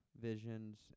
Visions